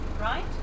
right